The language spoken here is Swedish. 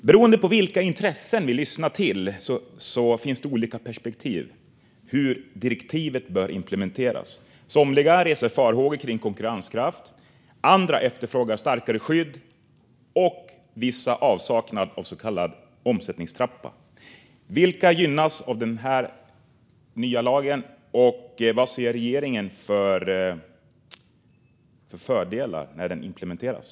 Beroende på vilka intressen vi lyssnar till finns det olika perspektiv när det gäller hur direktivet bör implementeras. Somliga reser farhågor kring konkurrenskraft, andra efterfrågar starkare skydd och vissa talar om avsaknad av så kallad omsättningstrappa. Vilka gynnas av den nya lagen, och vad ser regeringen för fördelar när den implementeras?